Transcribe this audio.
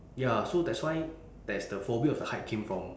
ya so that's why there is the phobia of the height came from